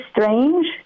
strange